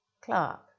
Clark